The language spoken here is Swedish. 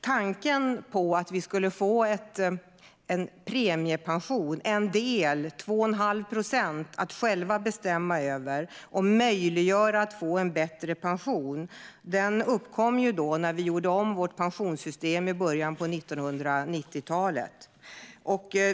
Tanken på att vi skulle få en premiepension - en del på 2 1⁄2 procent - att själva bestämma över och möjliggöra att få en bättre pension uppkom när vi gjorde om vårt pensionssystem i början på 1990-talet.